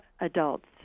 adults